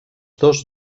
dos